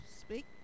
speak